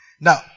Now